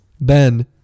Ben